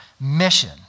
mission